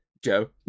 Joe